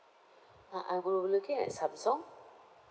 uh I were looking at Samsung